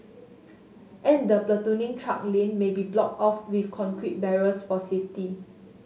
and the platooning truck lane may be blocked off with concrete barriers for safety